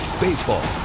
Baseball